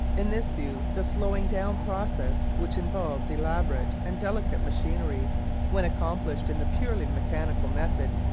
in this view the slowing-down process, which involves elaborate and delicate machinery when accomplished in the purely mechanical method,